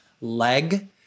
leg